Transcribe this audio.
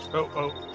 oh, oh.